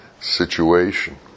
situation